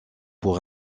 pour